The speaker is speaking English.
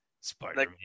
Spider-Man